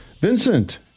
Vincent